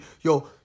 yo